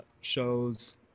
shows